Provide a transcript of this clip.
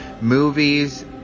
movies